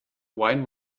wine